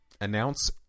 announce